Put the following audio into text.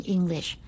English